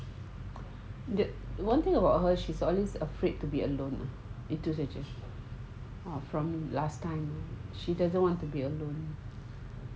the one thing about her she's always afraid to be alone itu sahaja um from last time she doesn't want to be alone